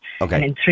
Okay